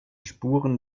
spuren